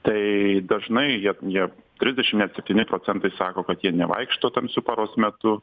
tai dažnai jie jie trisdešim net septyni procentai sako kad jie nevaikšto tamsiu paros metu